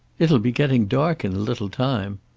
it'll be getting dark in a little time.